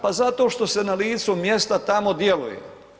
Pa zato što se na licu mjesta tamo djeluje.